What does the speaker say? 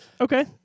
Okay